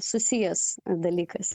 susijęs dalykas